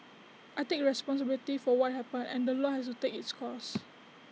I take responsibility for what happened and the law has to take its course